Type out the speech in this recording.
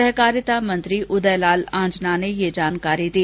सहकारिता मंत्री उदयलाल आंजना ने ये जानकारी दी